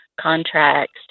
contracts